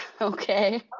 Okay